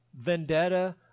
vendetta